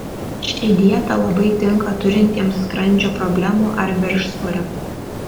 ši dieta labai tinka turintiems skrandžio problemų ar viršsvorio